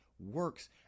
works